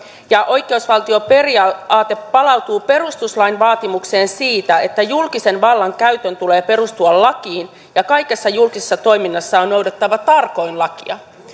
oikeusvaltioperiaate palautuu perustuslain vaatimukseen siitä että julkisen vallan käytön tulee perustua lakiin ja kaikessa julkisessa toiminnassa on noudatettava tarkoin lakia